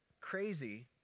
crazy